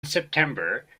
september